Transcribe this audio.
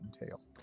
entail